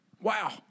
Wow